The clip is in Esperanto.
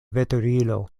veturilo